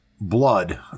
blood